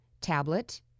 tablet